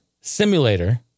simulator